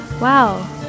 Wow